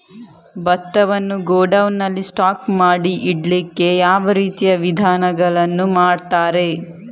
ಭತ್ತವನ್ನು ಗೋಡೌನ್ ನಲ್ಲಿ ಸ್ಟಾಕ್ ಮಾಡಿ ಇಡ್ಲಿಕ್ಕೆ ಯಾವ ರೀತಿಯ ವಿಧಾನಗಳನ್ನು ಮಾಡ್ತಾರೆ?